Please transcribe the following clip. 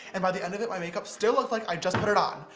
and by the end of it, my makeup still looked like i just put it on.